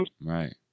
Right